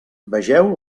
vegeu